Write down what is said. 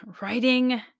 writing